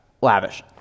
lavish